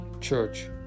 church